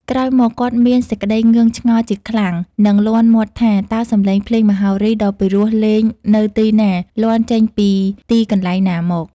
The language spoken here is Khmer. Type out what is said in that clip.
ក្រោយមក គាត់មានសេចក្តីងឿងឆ្ងល់ជាឋ្លាំដ និងលាន់មាត់ថា តើសំលេងភ្លេង មហោរីដ៏ពីរោះលេងនៅទីណា? លាន់ចេញពីទីកន្លែងណាមក? ។